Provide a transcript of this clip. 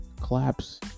collapse